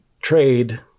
trade